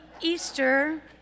Easter